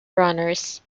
runners